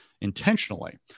intentionally